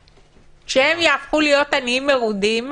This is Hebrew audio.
כשהם יהפכו להיות עניים מרודים,